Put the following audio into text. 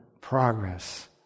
progress